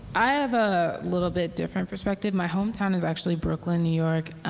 i have a little bit different perspective. my hometown is actually brooklyn, new york.